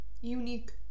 unique